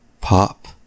pop